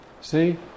See